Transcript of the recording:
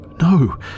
No